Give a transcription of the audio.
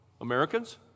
Americans